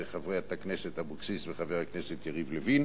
זה חברת הכנסת לוי אבקסיס וחבר הכנסת יריב לוין,